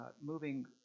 moving